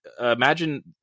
imagine